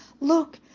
look